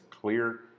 clear